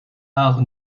art